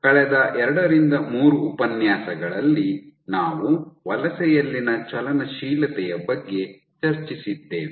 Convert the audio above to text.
ಕಳೆದ ಎರಡರಿಂದ ಮೂರು ಉಪನ್ಯಾಸಗಳಲ್ಲಿ ನಾವು ವಲಸೆಯಲ್ಲಿನ ಚಲನಶೀಲತೆಯ ಬಗ್ಗೆ ಚರ್ಚಿಸುತ್ತಿದ್ದೇವೆ